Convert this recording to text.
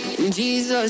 Jesus